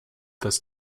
this